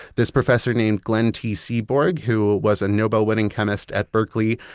this professor named glenn t. seaborg, who was a nobel-winning chemist at berkeley,